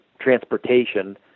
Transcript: transportation